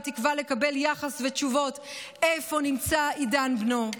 בתקווה לקבל יחס ותשובות איפה נמצא עידן בנו.